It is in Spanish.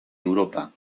europa